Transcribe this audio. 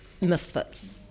misfits